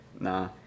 nah